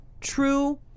true